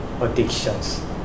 addictions